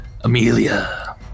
Amelia